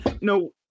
No